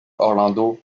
orlando